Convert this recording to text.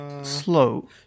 slow